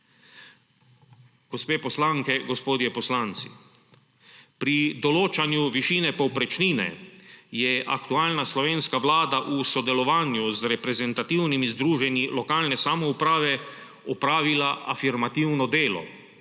Gospe poslanke, gospodje poslanci, pri določanju višine povprečnine je aktualna slovenska vlada v sodelovanju z reprezentativnimi združenji lokalne samouprave opravila afirmativno delo.